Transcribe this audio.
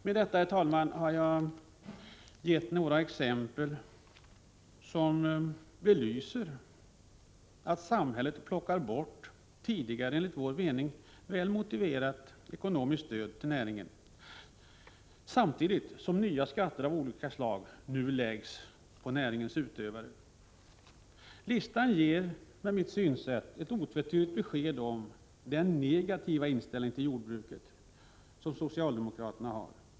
Med detta, herr talman, har jag gett några exempel som belyser att samhället avvecklar tidigare väl motiverat ekonomiskt stöd till näringen, samtidigt som nya skatter av olika slag läggs på näringens utövare. Listan ger, med mitt synsätt, otvetydigt besked om den negativa inställning till jordbruket som socialdemokraterna har.